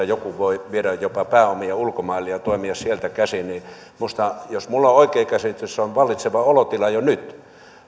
joku voi viedä jopa pääomia ulkomaille ja ja toimia sieltä käsin niin jos minulla on oikea käsitys se on vallitseva olotila jo nyt